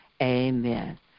Amen